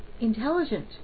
intelligent